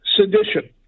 sedition